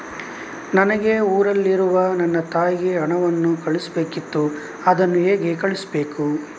ನನಗೆ ಊರಲ್ಲಿರುವ ನನ್ನ ತಾಯಿಗೆ ಹಣವನ್ನು ಕಳಿಸ್ಬೇಕಿತ್ತು, ಅದನ್ನು ಹೇಗೆ ಕಳಿಸ್ಬೇಕು?